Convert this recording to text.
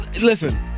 listen